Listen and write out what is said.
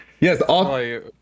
yes